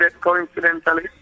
coincidentally